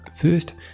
First